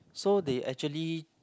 so they actually